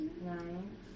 Nine